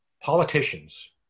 politicians